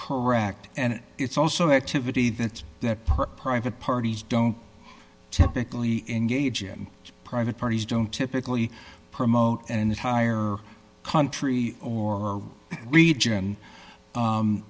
correct and it's also activity that that private parties don't typically engage in private parties don't typically promote and hire country or region